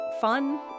fun